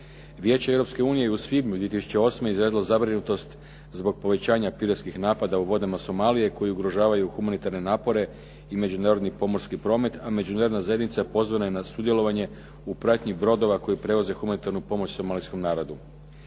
unije je u svibnju 2008. izrazilo zabrinutost zbog povećanja piratskih napada u vodama Somalije koji ugrožavaju humanitarne napore i međunarodni pomorski promet a Međunarodna zajednica pozvana je na sudjelovanje u pratnji brodova koji prevode humanitarnu pomoć somalijskom narodu.